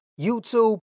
YouTube